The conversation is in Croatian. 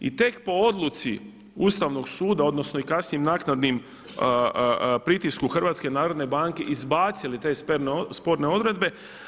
I tek po odluci Ustavnog suda odnosno i kasnijim naknadnim pritiskom HNB izbacili te sporne odredbe.